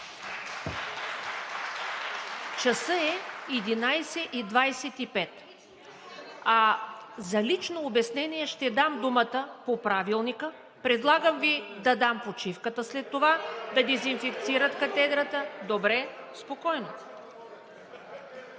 Часът е 11,25. За лично обяснение ще Ви дам думата по Правилника. Предлагам Ви да дам почивката, след това да дезинфекцират катедрата. (Шум и